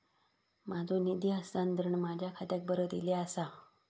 माझो निधी हस्तांतरण माझ्या खात्याक परत इले आसा